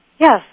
Yes